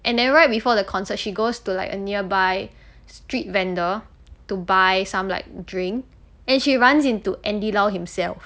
and then right before the concert she goes to like a nearby street vendor to buy some like drink and she runs into andy lau himself